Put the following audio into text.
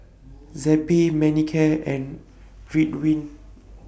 Zappy Manicare and Ridwind